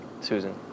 Susan